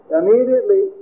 immediately